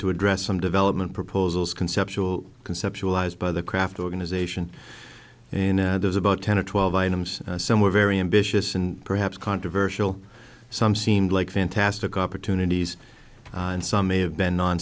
to address some development proposals conceptual conceptualized by the craft organization in there's about ten or twelve items some were very ambitious and perhaps controversial some seemed like fantastic opportunities and some may have been non